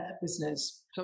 business